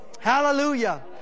Hallelujah